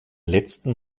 letzten